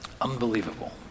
unbelievable